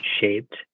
shaped